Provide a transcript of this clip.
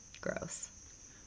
Gross